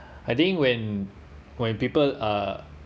I think when when people are